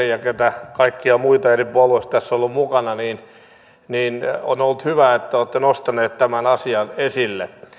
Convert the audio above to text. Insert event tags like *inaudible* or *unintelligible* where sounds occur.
*unintelligible* ja keitä kaikkia muita eri puolueista tässä on ollut mukana ovat nostaneet tämän asian esille